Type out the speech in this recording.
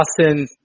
Austin